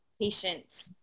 patience